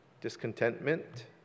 Discontentment